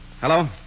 Hello